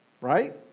right